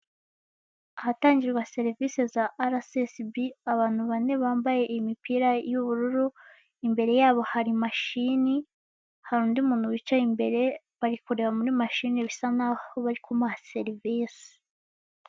Ahatangirwa serivise za rssb, abantu bane bambaye imipira y'ubururu. Imbere yabo hari mashini, hari undi muntu wicaye imbere. Bari kureba muri mashini, bisa nkaho bari kumuha serivise.